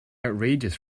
outrageous